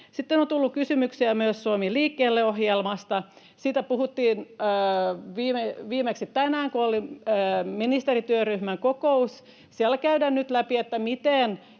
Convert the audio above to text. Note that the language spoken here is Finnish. Sitten on tullut kysymyksiä myös Suomi liikkeelle ‑ohjelmasta. Siitä puhuttiin viimeksi tänään, kun oli ministerityöryhmän kokous. Siellä käydään nyt läpi, miten